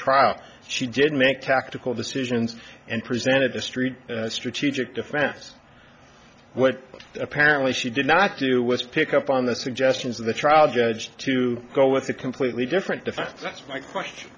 trial she did make tactical decisions and presented the street strategic defense what apparently she did not do was pick up on the suggestions of the trial judge to go with a completely different defense that's my question